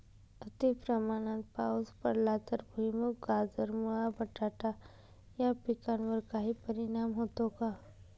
अतिप्रमाणात पाऊस पडला तर भुईमूग, गाजर, मुळा, बटाटा या पिकांवर काही परिणाम होतो का?